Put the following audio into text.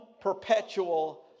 perpetual